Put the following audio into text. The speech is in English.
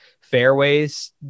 fairways